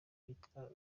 yitwa